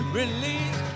release